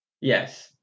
Yes